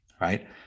right